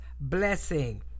blessing